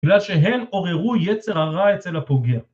‫בגלל שהם עוררו יצר הרע אצל הפוגע.